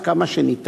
עד כמה שניתן,